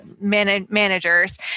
managers